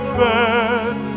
bed